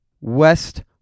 West